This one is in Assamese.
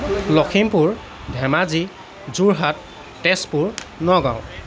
লখিমপুৰ ধেমাজি যোৰহাট তেজপুৰ নগাঁও